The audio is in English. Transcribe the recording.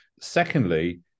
Secondly